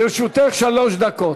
לרשותך שלוש דקות.